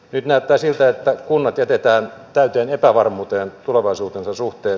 nyt näyttää siltä että kunnat jätetään täyteen epävarmuuteen tulevaisuutensa suhteen